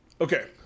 Okay